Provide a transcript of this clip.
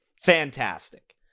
fantastic